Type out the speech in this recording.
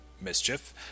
mischief